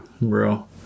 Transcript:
Bro